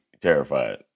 terrified